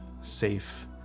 safe